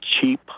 cheap